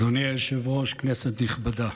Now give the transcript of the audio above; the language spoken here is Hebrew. אדוני היושב-ראש, כנסת נכבדה,